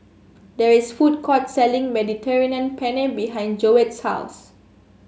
there is food court selling Mediterranean Penne behind Joette's house